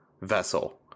vessel